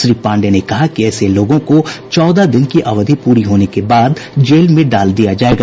श्री पांडेय ने कहा कि ऐसे लोगों को चौदह दिन की अवधि प्ररी होने के बाद जेल में डाल दिया जायेगा